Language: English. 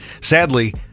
Sadly